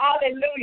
Hallelujah